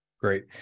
Great